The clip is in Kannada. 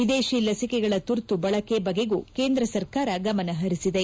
ವಿದೇಶಿ ಲಸಿಕೆಗಳ ತುರ್ತು ಬಳಕೆ ಬಗೆಗೂ ಕೇಂದ್ರ ಸರ್ಕಾರ ಗಮನಹರಿಸಿದೆ